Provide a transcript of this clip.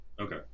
Okay